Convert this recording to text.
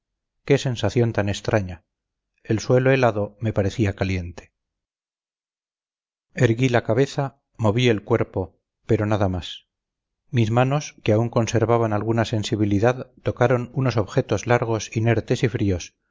qué sensación tan extraña el suelo helado me parecía caliente erguí la cabeza moví el cuerpo pero nada más mis manos que aún conservaban alguna sensibilidad tocaron unos objetos largos inertes y fríos